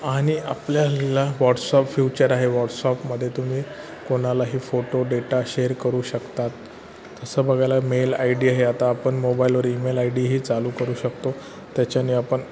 आणि आपल्याला WhatsApp feature आहे वॉट्सऑफमध्ये तुम्ही कोणालाही फोटो डेटा शेअर करू शकतात तसं बघायला मेल आय डी आहे आता आपण मोबाईलवर ईमेल आय डीही चालू करू शकतो त्याच्याने आपण